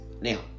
Now